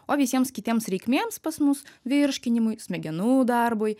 o visiems kitiems reikmėms pas mus virškinimui smegenų darbui